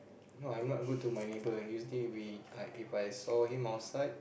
no I'm not good to my neighbour usually we I If I saw him outside